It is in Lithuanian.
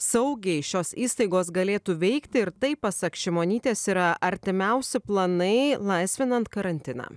saugiai šios įstaigos galėtų veikti ir tai pasak šimonytės yra artimiausi planai laisvinant karantiną